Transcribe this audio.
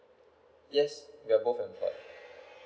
yea we are both employed